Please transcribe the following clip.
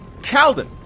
Calden